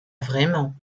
vraiment